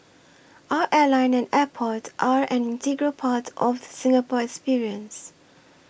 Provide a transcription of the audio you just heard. our airline and airport are an integral part of the Singapore experience